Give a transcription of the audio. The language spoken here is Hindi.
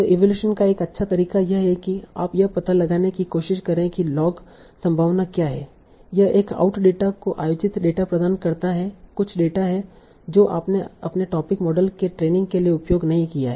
तो इवैल्यूएशन का एक अच्छा तरीका यह है कि आप यह पता लगाने की कोशिश करें कि लॉग संभावना क्या है यह एक आउट डेटा को आयोजित डेटा प्रदान करता है कुछ डेटा है जो आपने अपने टोपिक मॉडल के ट्रेनिंग के लिए उपयोग नहीं किया है